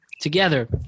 together